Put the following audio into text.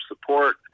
support